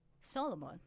Solomon